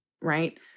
right